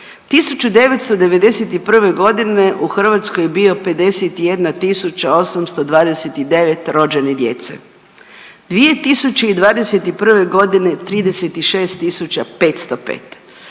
1991.g. u Hrvatskoj je bio 51.829 rođene djece, 2021.g. 36.505, manje